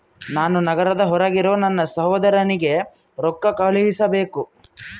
ನಾನು ನಗರದ ಹೊರಗಿರೋ ನನ್ನ ಸಹೋದರನಿಗೆ ರೊಕ್ಕ ಕಳುಹಿಸಬೇಕು